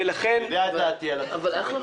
אתה יודע את דעתי על התקציב הדו-שנתי.